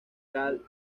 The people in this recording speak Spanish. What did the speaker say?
karl